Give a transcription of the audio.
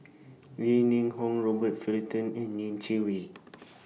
Li Ning Hong Robert Fullerton and Ning Chi Wei